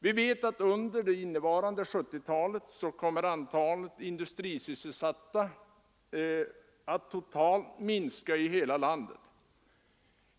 Vi vet att det totala antalet industrisysselsatta under 1970-talet kommer att minska i hela landet.